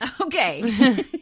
Okay